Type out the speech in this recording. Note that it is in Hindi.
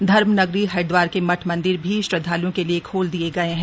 धर्मनगरी हरिद्वार के मठ मंदिर भी श्रद्वाल्ओं के लिए खोल दिए गए हैं